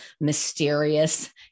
mysterious